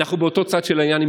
אנחנו באותו צד של העניין.